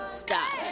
stop